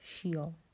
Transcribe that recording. Sheol